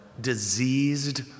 diseased